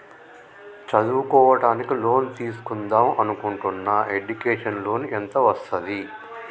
చదువుకోవడానికి లోన్ తీస్కుందాం అనుకుంటున్నా ఎడ్యుకేషన్ లోన్ ఎంత వస్తది?